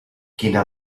quina